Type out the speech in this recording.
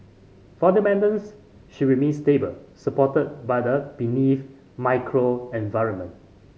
fundamentals should remain stable supported by the macro environment